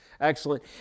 Excellent